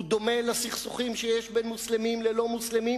הוא דומה לסכסוכים שיש בין מוסלמים ללא-מוסלמים